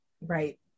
Right